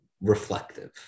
reflective